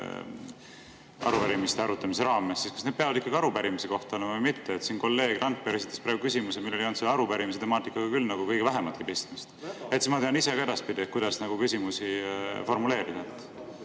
arupärimiste arutamise raames, siis kas need peavad ikkagi arupärimise kohta olema või mitte. Siin kolleeg Randpere esitas praegu küsimuse, millel ei olnud selle arupärimise temaatikaga küll kõige vähematki pistmist. Siis ma tean ise ka edaspidi, kuidas küsimusi formuleerida.